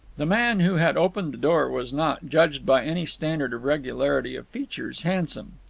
the man who had opened the door was not, judged by any standard of regularity of features, handsome.